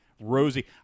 Rosie